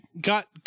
got